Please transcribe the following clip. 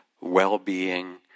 well-being